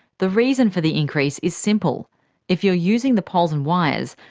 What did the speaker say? the reason for the increase is simple if you're using the poles and wires,